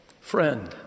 Friend